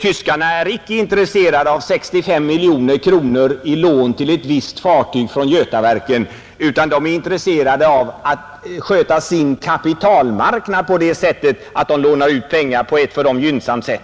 Tyskarna är inte intresserade av att låna ut 65 miljoner kronor till ett visst fartyg från Götaverken — de är intresserade av att sköta sin kapitalmarknad så att de lånar ut pengar på ett för dem gynnsamt sätt.